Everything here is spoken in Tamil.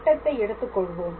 வட்டத்தை எடுத்துக் கொள்வோம்